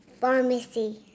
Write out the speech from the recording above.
pharmacy